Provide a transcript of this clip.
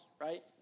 right